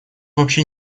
вообще